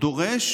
דורש